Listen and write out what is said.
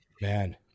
man